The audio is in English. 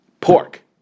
pork